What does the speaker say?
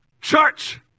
Church